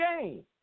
game